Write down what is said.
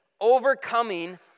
overcoming